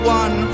one